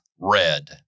Red